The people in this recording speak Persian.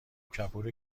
کپور